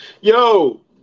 Yo